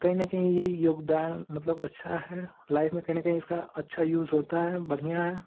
कहीं न कहीं ये योगदान मतलब अच्छा है लाइफ़ में कहीं न कहीं इसका अच्छा यूज़ होता है बढ़िया है